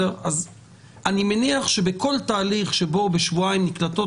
אני מניח שבכל תהליך שבו במשך שבועיים נקלטות